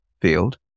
field